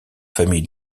famille